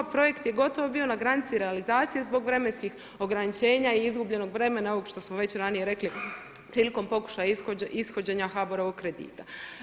Projekt je gotovo bio na granici realizacije zbog vremenskih ograničenja i izgubljenog vremena i ovog što smo već ranije rekli prilikom pokušaja ishođenja HBOR-ovog kredita.